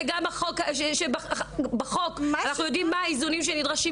וגם בחוק אנחנו יודעים מה הם האיזונים שנדרשים